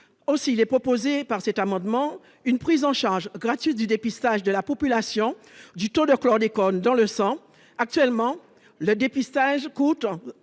aussi, il est proposé par cet amendement, une prise en charge gratuite du dépistage de la population du taux de chlordécone dans le sang : actuellement, le dépistage coûte